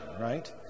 right